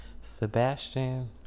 Sebastian